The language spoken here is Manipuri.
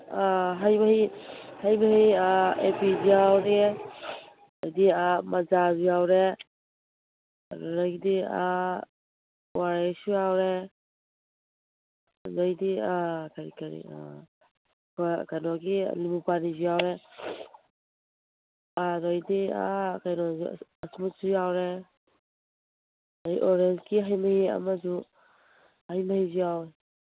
ꯑꯥ ꯍꯩ ꯃꯍꯤ ꯍꯩ ꯃꯍꯤ ꯑꯦꯄꯤꯁꯨ ꯌꯥꯎꯔꯦ ꯑꯗꯩꯗꯤ ꯃꯖꯥꯁꯨ ꯌꯥꯎꯔꯦ ꯑꯗꯨꯗꯒꯤꯗꯤ ꯑꯣ ꯑꯥꯔ ꯑꯦꯁꯁꯨ ꯌꯥꯎꯔꯦ ꯑꯗꯩꯗꯤ ꯀꯔꯤ ꯀꯔꯤ ꯀꯩꯅꯣꯒꯤ ꯅꯤꯝꯕꯨ ꯄꯥꯅꯤꯁꯨ ꯌꯥꯎꯔꯦ ꯑꯗꯩꯗꯤ ꯀꯩꯅꯣꯁꯨ ꯌꯥꯎꯔꯦ ꯑꯗꯩ ꯑꯣꯔꯦꯟꯁꯀꯤ ꯍꯩ ꯃꯍꯤ ꯑꯃꯁꯨ ꯍꯩ ꯃꯍꯤꯁꯨ ꯌꯥꯎꯏ